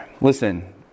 Listen